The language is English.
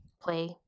play